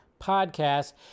podcast